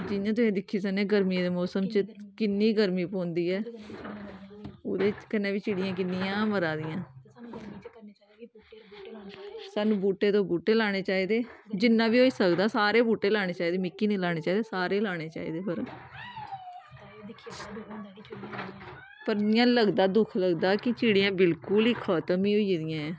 जियां तुस दिक्खी सकने गर्मियें दे मोसम च किन्नी गर्मी पौंदी ऐ ओह्दे कन्नै बी चिड़ियां किन्नियां मरा दियां सानूं बूह्टे ते बूह्टे लाने चाहिदे जिन्ना बी होई सकदा सारें गी बूह्टे लाने चाहिदे मिगी निं लाने चाहिदे सारें गी लाने चाहिदे पर इयां लगदा दुख लगदा कि चिड़ियां बिलकुल खतम ई होई गेदियां न